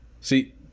see